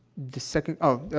the second oh, ah,